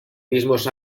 mismos